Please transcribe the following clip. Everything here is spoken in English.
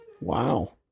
Wow